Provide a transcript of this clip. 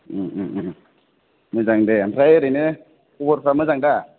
मोजां दे आमफ्राय दे एरैनो खबरफ्रा मोजां दा